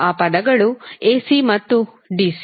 ಆ ಪದಗಳು AC ಮತ್ತು DC